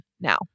now